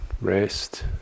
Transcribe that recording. rest